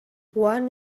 one